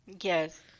Yes